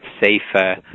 safer